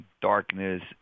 darkness